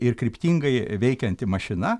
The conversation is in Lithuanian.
ir kryptingai veikianti mašina